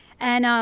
and